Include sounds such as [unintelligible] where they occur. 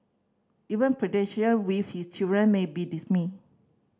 even [unintelligible] with his children may be stymied